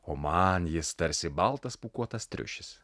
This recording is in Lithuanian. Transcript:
o man jis tarsi baltas pūkuotas triušis